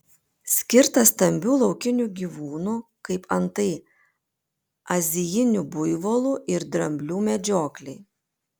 skirtas stambių laukinių gyvūnų kaip antai azijinių buivolų ir dramblių medžioklei